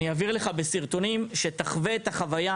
אני אעביר לך בסרטונים שתחווה את החוויה